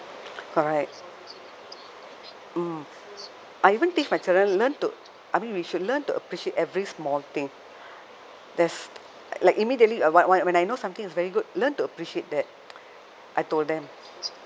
correct mm I even teach my children learn to I mean we should learn to appreciate every small thing there's like immediately when when I know something is very good learn to appreciate that I told them